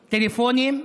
טלפונים,